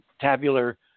tabular